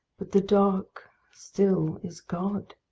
but the dark still is god.